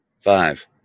Five